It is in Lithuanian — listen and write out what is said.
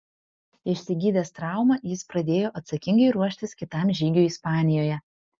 išsigydęs traumą jis pradėjo atsakingai ruoštis kitam žygiui ispanijoje